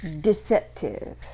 deceptive